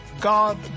God